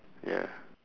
ya